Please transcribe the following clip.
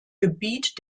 gebiet